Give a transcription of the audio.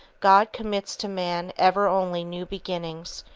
god commits to man ever only new beginnings,